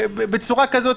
בצורה כזאת,